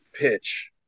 pitch